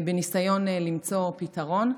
בניסיון למצוא פתרון.